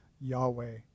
Yahweh